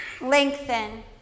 lengthen